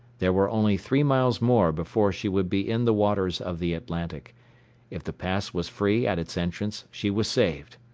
there were only three miles more before she would be in the waters of the atlantic if the pass was free at its entrance, she was saved.